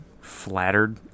flattered